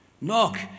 Knock